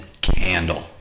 candle